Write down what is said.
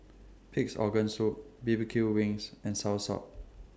Pig'S Organ Soup B B Q Chicken Wings and Soursop